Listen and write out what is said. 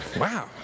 Wow